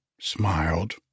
smiled